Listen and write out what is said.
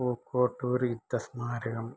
Pookkottur യുദ്ധസ്മാരകം